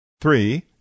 three